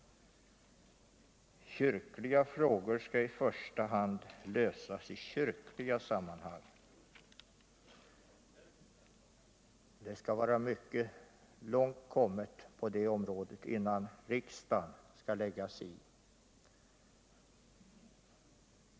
Kyrkliga frågor skalli första hand lösas i kyrkliga sammanhang. Man skall ha kommit mycket långt på det området innan riksdagen skall lägga sig i.